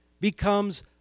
becomes